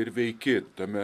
ir veiki tame